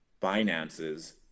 finances